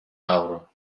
avro